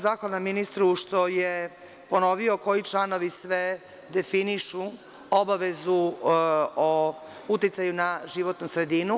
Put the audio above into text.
Zahvalna sam ministru što je ponovio koji članovi sve definišu obavezu o uticaju na životnu sredinu.